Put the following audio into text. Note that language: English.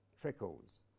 trickles